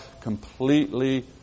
completely